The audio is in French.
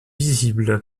visible